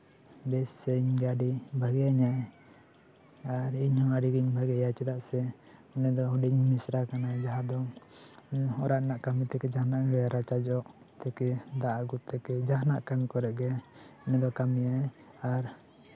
ᱵᱮᱥ ᱟᱹᱧ ᱜᱮᱭᱟ ᱟᱹᱰᱤᱭ ᱵᱷᱟᱜᱮ ᱤᱧᱟ ᱟᱨ ᱤᱧᱦᱚᱸ ᱟᱹᱰᱤ ᱜᱤᱧ ᱵᱷᱟᱜᱮ ᱟᱭᱟ ᱪᱮᱫᱟᱜ ᱥᱮ ᱩᱱᱤ ᱫᱚ ᱦᱩᱰᱤᱧ ᱢᱤᱥᱨᱟ ᱠᱟᱱᱟᱭ ᱡᱟᱦᱟᱸ ᱫᱚ ᱚᱲᱟᱜ ᱨᱮᱱᱟᱜ ᱠᱟᱹᱢᱤ ᱛᱷᱮᱠᱮ ᱡᱟᱦᱟᱱᱟᱜ ᱜᱮ ᱨᱟᱪᱟ ᱡᱚᱜ ᱛᱷᱮᱠᱮ ᱫᱟᱜ ᱟᱹᱜᱩ ᱛᱷᱮᱠᱮ ᱡᱟᱦᱟᱱᱟᱜ ᱠᱟᱹᱢᱤ ᱠᱚᱨᱮᱜ ᱜᱮ ᱩᱱᱤ ᱫᱚ ᱠᱟᱹᱢᱤᱭᱟᱭ ᱟᱨ